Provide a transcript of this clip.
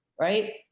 right